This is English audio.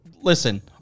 listen